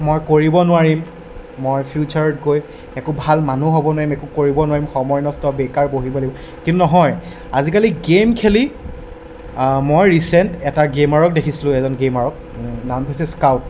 মই কৰিব নোৱাৰিম মই ফিউচাৰত গৈ একো ভাল মানুহ হ'ব নোৱাৰিম একো কৰিব নোৱাৰিম সময় নষ্ট হ'ব বেকাৰ বহিব লাগিব কিন্তু নহয় আজিকালি গেম খেলি মই ৰিচেণ্ট এটা গেমাৰক দেখিছিলোঁ এজন গেমাৰক নামটো হৈছে স্কাউট